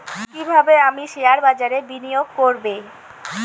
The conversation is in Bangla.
কিভাবে আমি শেয়ারবাজারে বিনিয়োগ করবে?